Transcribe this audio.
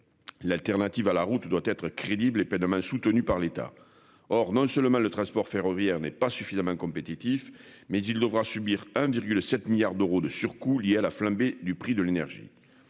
L'alternative à la route doit être crédible et pas demain. Soutenu par l'État. Or non seulement le transport ferroviaire n'est pas suffisamment compétitifs mais il devra subir 1,7 milliards d'euros de surcoûts liés à la flambée du prix de l'énergie.